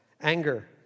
anger